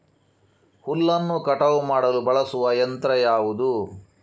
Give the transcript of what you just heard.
ಹುಲ್ಲನ್ನು ಕಟಾವು ಮಾಡಲು ಬಳಸುವ ಯಂತ್ರ ಯಾವುದು?